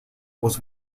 was